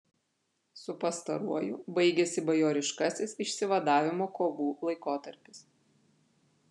su pastaruoju baigėsi bajoriškasis išsivadavimo kovų laikotarpis